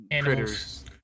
critters